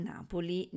Napoli